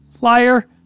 liar